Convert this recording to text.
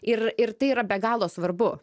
ir ir tai yra be galo svarbu